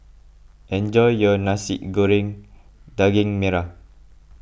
enjoy your Nasi Goreng Daging Merah